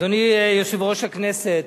אדוני יושב-ראש הכנסת,